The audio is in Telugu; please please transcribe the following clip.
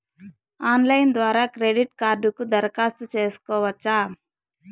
ఆన్లైన్ ద్వారా క్రెడిట్ కార్డుకు దరఖాస్తు సేసుకోవచ్చా?